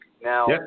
Now